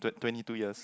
twe~ twenty two years